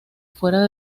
fuera